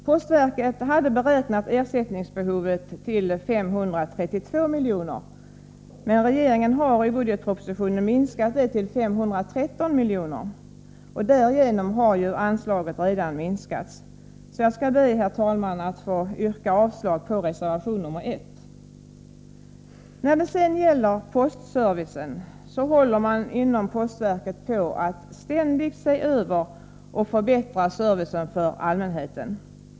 Postverket hade beräknat ersättningsbehovet till 532 milj.kr., men regeringen har i budgetpropositionen sänkt beloppet till 513 milj.kr. Därigenom har ju anslaget redan minskats. Jag ber därför, herr talman, att få yrka avslag på reservation 1. Postverket ser ständigt över och förbättrar postservicen till allmänheten.